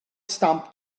stamp